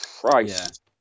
Christ